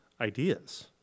ideas